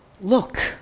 look